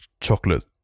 chocolate